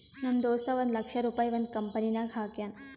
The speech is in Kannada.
ನಮ್ ದೋಸ್ತ ಒಂದ್ ಲಕ್ಷ ರುಪಾಯಿ ಒಂದ್ ಕಂಪನಿನಾಗ್ ಹಾಕ್ಯಾನ್